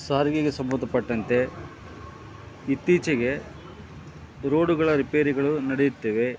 ಸಾರಿಗೆಗೆ ಸಂಬಂಧಪಟ್ಟಂತೆ ಇತ್ತೀಚೆಗೆ ರೋಡುಗಳ ರಿಪೇರಿಗಳು ನಡೆಯುತ್ತವೆ